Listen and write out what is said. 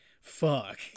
fuck